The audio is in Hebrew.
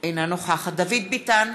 אינה נוכחת דוד ביטן,